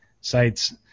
sites